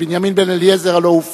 בנימין בן-אליעזר, הלוא הוא פואד,